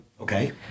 Okay